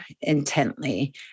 intently